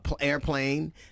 airplane